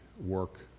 work